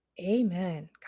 Amen